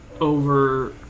over